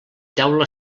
teula